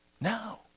No